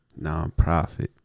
nonprofit